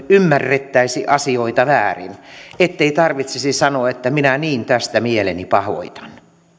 ymmärrettäisi asioita väärin ettei tarvitsisi sanoa että minä niin tästä mieleni pahoitan